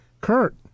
Kurt